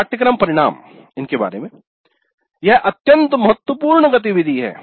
पाठ्यक्रम परिणाम यह अत्यंत महत्वपूर्ण गतिविधि है